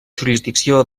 jurisdicció